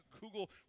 Google